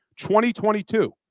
2022